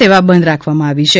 સેવા બંધ રાખવામાં આવી છે